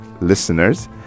listeners